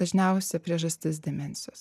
dažniausia priežastis demencijos